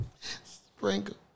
sprinkle